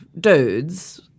dudes